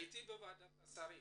הייתי בוועדת השרים.